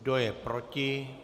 Kdo je proti?